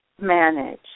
manage